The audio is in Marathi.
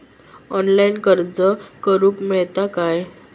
ऑनलाईन अर्ज करूक मेलता काय?